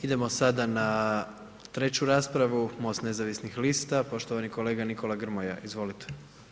Idemo sada na treću raspravu, MOST nezavisnih lista, poštovani kolega Nikola Grmoja, izvolite.